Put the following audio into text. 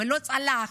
ולא צלח.